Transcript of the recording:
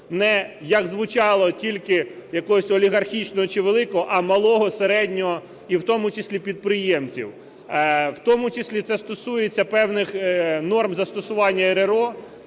не, як звучало, тільки якогось олігархічного чи великого, а малого, середнього і в тому числі підприємців. В тому числі це стосується певних норм застосування РРО.